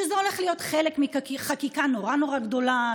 שזה הולך להיות חלק מחקיקה נורא נורא גדולה,